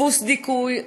דפוס דיכוי,